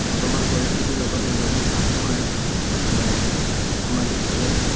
বৰ্তমান পৰিস্থিতিৰ লগত নিজকে খাপ খোৱাই সামাজিকভাৱে